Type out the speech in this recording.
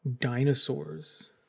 dinosaurs